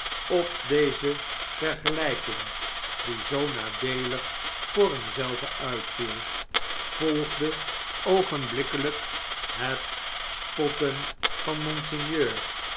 op deze vergelping die zoo nadeelig voor hem zelven uitviel volgde oogenblikkelijk het spotten van monseigneur